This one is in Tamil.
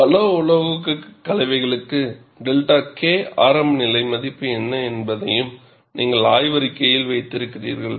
Refer Slide time 2257 பல உலோகக் கலவைகளுக்கு 𝛅 K ஆரம்பநிலை மதிப்பு என்ன என்பதையும் நீங்கள் ஆய்வறிகைகளில் வைத்திருக்கிறீர்கள்